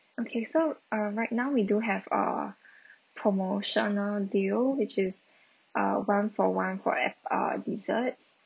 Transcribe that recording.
okay so err right now we do have a promotional deal which is a one for one for F err desserts